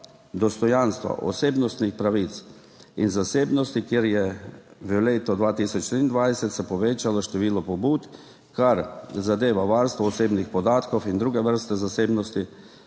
osebnostnih pravic in zasebnosti, kjer se je v letu 2023 povečalo število pobud, kar zadeva varstvo osebnih podatkov in druge vrste zasebnosti.